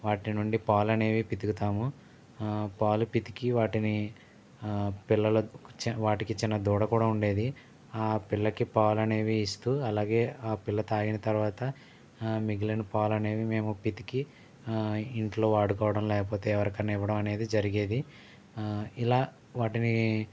వాటి నుండి పాలనేవి పితుకుతాము పాలు పితికి వాటిని పిల్ల వాటికి చిన్న దూడ కూడా ఉండేది ఆ పిల్లకి పాలనేవి ఇస్తూ అలాగే ఆ పిల్ల తాగిన తరువాత మిగిలిన పాలనేవి మేము పితికి ఇంట్లో వాడుకోవడం లేకపోతే ఎవరికన్నా ఇవ్వడం అనేది జరిగేది ఇలా వాటిని